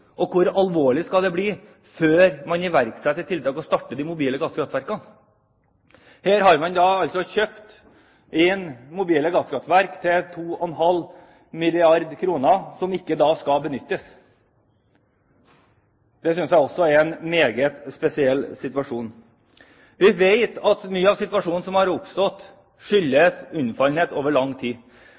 og hvor alvorlig skal det bli før man iverksetter tiltak og starter de mobile gasskraftverkene? Her har man altså kjøpt inn mobile gasskraftverk til 2,5 milliarder kr som ikke skal benyttes. Det synes jeg også er en meget spesiell situasjon. Vi vet at mye av situasjonen som har oppstått, skyldes unnfallenhet over lang tid.